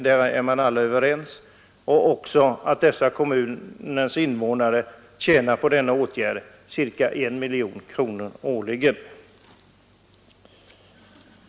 Dessutom gör kommuninvånarna på denna åtgärd en besparing på ca 1 miljon kronor årligen.